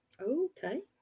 Okay